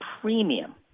premium